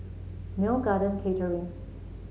Neo Garden Catering